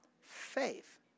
faith